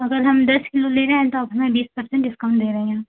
अगर हम दस किलो ले जाएँ तो आप हमें बीस परसेंट डिस्काउन्ट दे रहे हैं